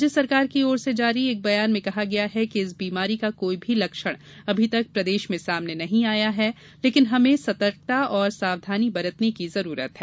राज्य सरकार की ओर से जारी एक बयान में कहा गया है कि इस बीमारी का कोई भी लक्षण अभी तक प्रदेश में सामने नहीं आया है लेकिन हमें सतर्कता और सावधानी बरतने की आवश्यकता है